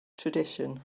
tradition